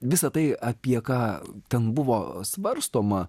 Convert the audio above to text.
visa tai apie ką ten buvo svarstoma